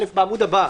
(א1) בעמוד הבא,